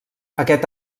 aquest